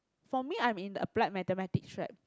for me I'm in the applied mathematics strap